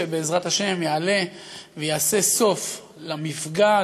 שבעזרת השם יעלה ויעשה סוף למפגע,